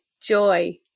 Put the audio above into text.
joy